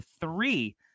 three